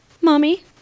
Mommy